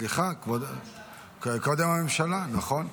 סליחה, קודם הממשלה, נכון.